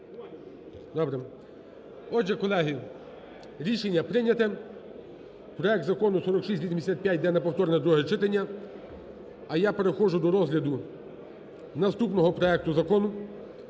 Добре. Отже, колеги, рішення прийнято. Проект закону 4685 йде на повторне друге читання. А я переходжу до розгляду наступного проекту Закону